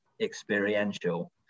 experiential